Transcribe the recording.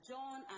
John